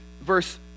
verse